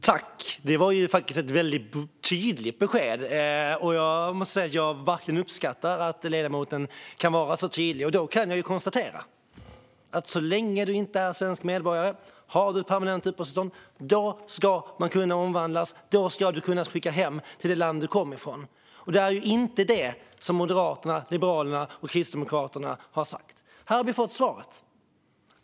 Herr talman! Det var faktiskt ett väldigt tydligt besked. Jag uppskattar verkligen att ledamoten kan vara så tydlig. Då kan jag konstatera att så länge du inte är svensk medborgare, även om du har permanent uppehållstillstånd, ska din status kunna omvandlas. Då ska du kunna bli hemskickad till det land du kom ifrån. Det är inte detta som Moderaterna, Liberalerna och Kristdemokraterna har sagt. Men här har vi fått svaret.